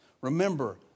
Remember